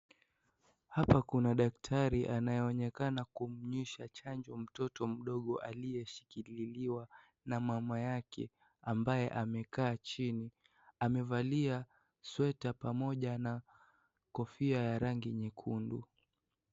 Hapa kuna daktari anayeonekana kumvisha chanjo mtoto mdogo aliyeshikililiwa na mama yake ambaye amekaa chini amevalia sweater pamoja na kofia ya rangi nyekundu.